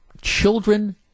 children